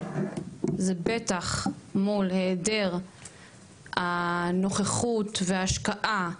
זה בטח מול העדר הנוכחות וההשקעה,